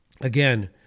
again